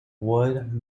wood